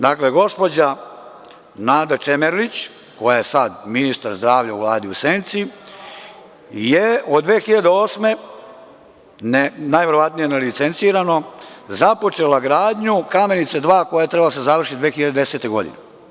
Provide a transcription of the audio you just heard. Dakle, gospođa Nada Čemerlić, koja je sada ministar zdravlja u vladi u senci, je od 2008 godine, najverovatnije nelicencirano započela gradnju „Kamenice dva“ koja je trebala da se završi 2010. godine.